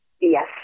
Yes